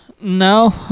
No